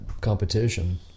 competition